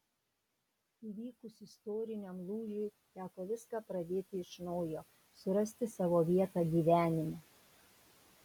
įvykus istoriniam lūžiui teko viską pradėti iš naujo surasti savo vietą gyvenime